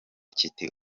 kiti